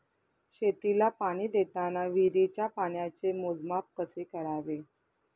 शेतीला पाणी देताना विहिरीच्या पाण्याचे मोजमाप कसे करावे?